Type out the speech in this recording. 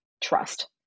trust